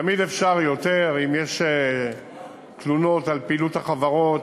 תמיד אפשר יותר, אם יש תלונות על פעילות החברות,